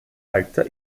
alter